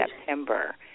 September